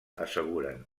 asseguren